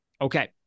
Okay